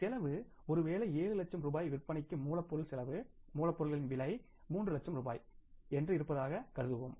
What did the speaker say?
செலவு ஒருவேளை 7 லட்சம் ரூபாய் விற்பனைக்கு மூலப்பொருள் செலவு மூலப்பொருட்களின் விலை 3 லட்சம் ரூபாய் என்று இருப்பதாகக் கூறுவோம்